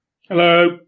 Hello